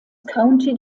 county